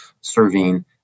serving